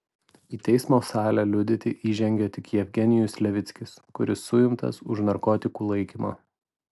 į teismo salę liudyti įžengė tik jevgenijus levickis kuris suimtas už narkotikų laikymą